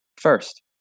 First